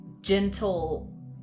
gentle